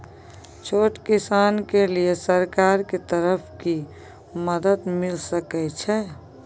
छोट किसान के लिए सरकार के तरफ कि मदद मिल सके छै?